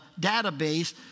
database